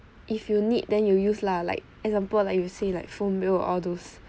if you need then you use lah like example like you say like phone bill all those